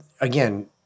again